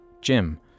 Jim